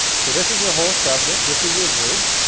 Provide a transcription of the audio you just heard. so this is your whole subject, this is your verb.